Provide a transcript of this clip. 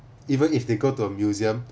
even if they go to a museum